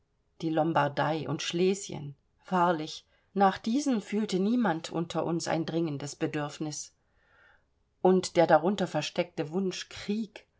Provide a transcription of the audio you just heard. die lombardei und schlesien wahrlich nach diesen fühlte niemand unter uns ein dringendes bedürfnis und der darunter versteckte wunsch krieg